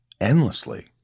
endlessly